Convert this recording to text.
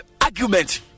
argument